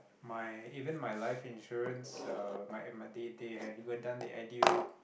my even my life insurance uh my uh my they they have done the edu